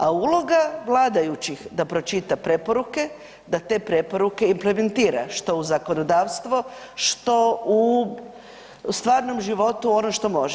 A uloga vladajućih da pročita preporuke, da te preporuke implementira što u zakonodavstvo, što u stvarnom životu ono što može.